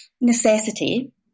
necessity